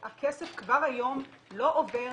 הכסף כבר היום לא עובר